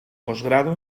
posgrado